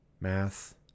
math